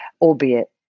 albeit